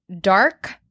dark